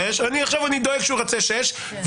עכשיו אני דואג שהוא ירצה שישה חודשים